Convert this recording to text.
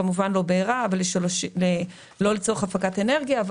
כמובן לא לצורך בעירה והפקת אנרגיה,